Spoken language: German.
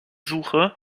suche